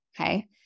okay